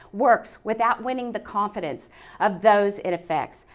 works without winning the confidence of those it affects.